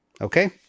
Okay